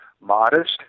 modest